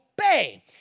obey